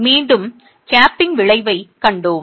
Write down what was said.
மீண்டும் கேப்பிங்கின் மூடுதல் விளைவைக் கண்டோம்